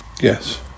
Yes